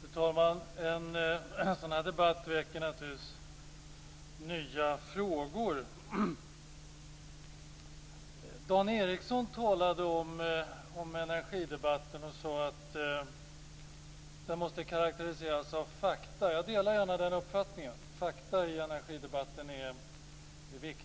Fru talman! En sådan här debatt väcker naturligtvis nya frågor. Dan Ericsson sade att energidebatten måste karakteriseras av fakta. Jag delar gärna den uppfattningen. Fakta är viktiga i energidebatten.